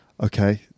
Okay